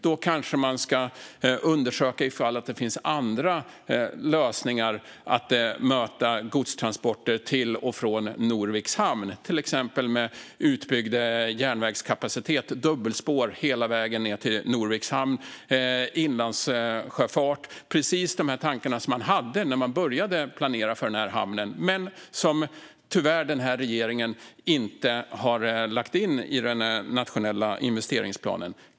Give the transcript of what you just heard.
Då kanske man ska undersöka om det finns andra lösningar att möta godstransporter till och från Norviks hamn, till exempel med utbyggd järnvägskapacitet, dubbelspår hela vägen till Norviks hamn eller inlandssjöfart. Det är precis de tankarna man hade när man började planera hamnen men som regeringen tyvärr inte har lagt in i den nationella investeringsplanen.